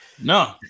No